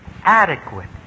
adequate